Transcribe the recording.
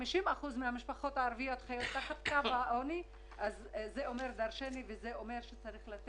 הקשיים שנמצאים במקומות אחרים בעניינים האלה ועכשיו להמציא